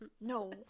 No